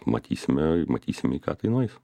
matysime matysime į ką tai nueis